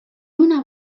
una